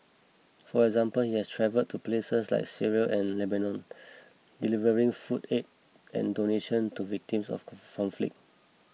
for example he has travelled to places like Syria and Lebanon delivering food aid and donation to victims of conflict